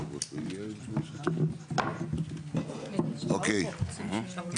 שלום רומי אבן דנן, איגוד ערים